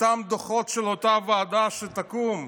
ואותם דוחות של אותה ועדה שתקום?